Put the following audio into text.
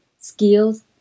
skills